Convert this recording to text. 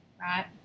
Right